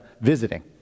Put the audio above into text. visiting